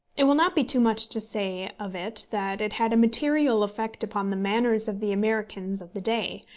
it will not be too much to say of it that it had a material effect upon the manners of the americans of the day,